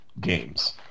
games